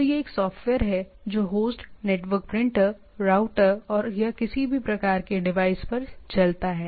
तो यह एक सॉफ्टवेयर है जो होस्ट नेटवर्क प्रिंटर राउटर और या किसी भी प्रकार के डिवाइस पर चलता है